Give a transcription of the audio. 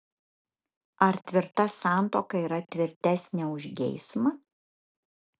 ar tvirta santuoka yra tvirtesnė už geismą